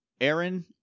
Aaron